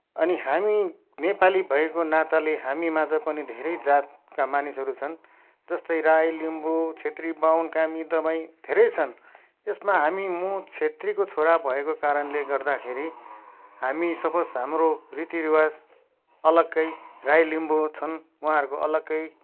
अनि हामी नेपाली भएको नाताले हामी माझ पनि धेरै जातका मानिसहरू छन् जस्तै राई लिम्बू छेत्री बाहुन कामी दमाई धेरै छन् यसमा हामी म छेत्रीको छोरा भएको कारणले गर्दाखेरि हामी सपोज हाम्रो रीति रिवाज अलग्गै राई लिम्बू छन् उहाँहरूको अलग्गै